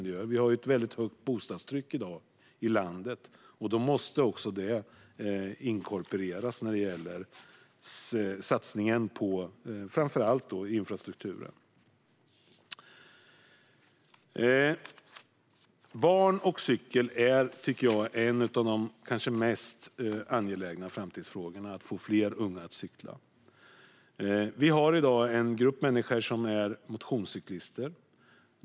I dag har vi ett väldigt högt bostadstryck i landet, och detta måste även inkorporeras i satsningen på framför allt infrastrukturen. Barn och cykel är kanske en av de mest angelägna framtidsfrågorna. Vi måste få fler unga att cykla. I dag finns en grupp människor som är motionscyklister.